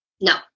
No